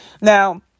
Now